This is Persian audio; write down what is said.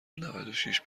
نودوشش